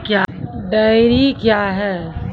Dairy क्या हैं?